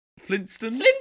Flintstones